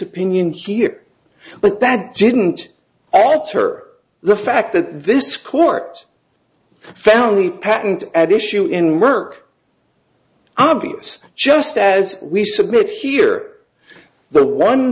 opinion here but that didn't alter the fact that this court found the patent at issue in merck obvious just as we submit here the one